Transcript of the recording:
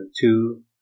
two